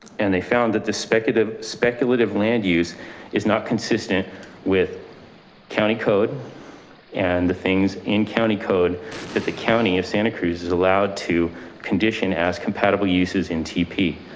and they found that the speculative speculative land use is not consistent with county code and the things in county code that the county of santa cruz is allowed to condition as compatible uses in tpp.